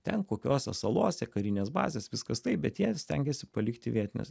ten kokiose salose karinės bazės viskas taip bet jie stengiasi palikti vietinius